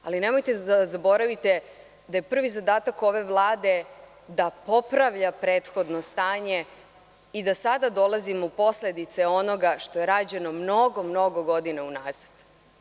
Ali, nemojte da zaboravite da je prvi zadatak ove Vlade da popravlja prethodno stanje i da sada dolazimo u posledice onoga što je rađeno mnogo, mnogo godina unazad.